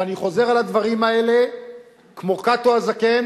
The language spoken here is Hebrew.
ואני חוזר על הדברים האלה כמו קאטו הזקן